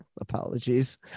Apologies